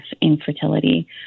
infertility